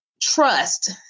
trust